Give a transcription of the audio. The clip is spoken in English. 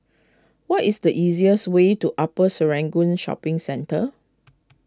what is the easiest way to Upper Serangoon Shopping Centre